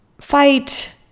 fight